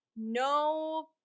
No